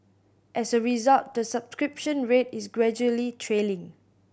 as a result the subscription rate is gradually trailing